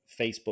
Facebook